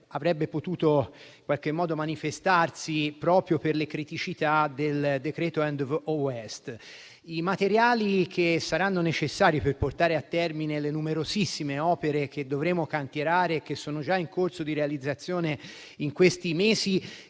avrebbe potuto manifestarsi proprio per le criticità derivanti dal decreto *end of waste*. I materiali che saranno necessari per portare a termine le numerosissime opere che dovremo cantierare e che sono già in corso di realizzazione in questi mesi